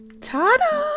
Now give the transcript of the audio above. Ta-da